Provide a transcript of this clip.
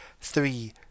three